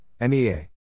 MEA